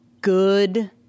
good